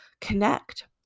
connect